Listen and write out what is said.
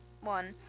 one